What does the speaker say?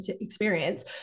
experience